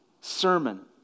sermon